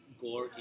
gore